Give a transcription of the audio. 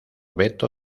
beto